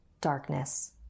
darkness